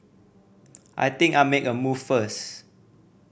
I think I'll make a move first